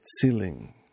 ceiling